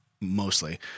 mostly